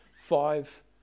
Five